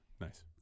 Nice